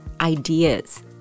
ideas